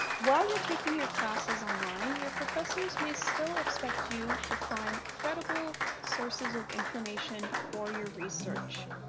while you're taking your classes online your professors may still expect you to find credible sources of information for your research.